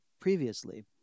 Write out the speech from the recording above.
previously